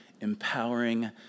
empowering